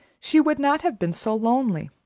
she would not have been so lonely.